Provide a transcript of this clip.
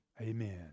amen